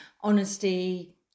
honesty